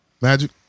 Magic